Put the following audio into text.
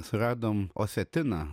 suradom osetiną